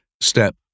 step